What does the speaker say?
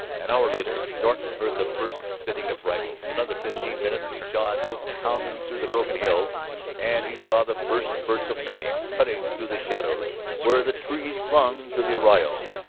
an hour later norton heard the first spitting of rifles. another fifteen minutes of shod hoofs pounding through the broken hills and he saw the first spurts of flame cutting through the shadows where the trees clung to the arroyo.